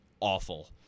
awful